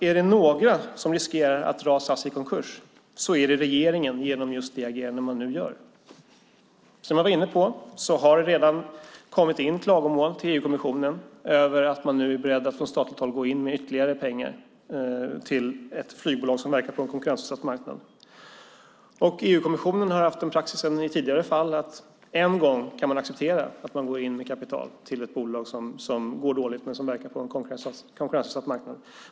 Är det några som riskerar att SAS hamnar i konkurs är det regeringen genom just det agerande som den nu gör. Som jag var inne på har det redan kommit in klagomål till EU-kommissionen över att man nu från statligt håll är beredd att gå in med ytterligare pengar till ett flygbolag som verkar på en konkurrensutsatt marknad. EU-kommissionen har haft den praxisen i tidigare fall att den kan acceptera att man en gång går in med pengar till ett bolag som går dåligt på en konkurrensutsatt marknad.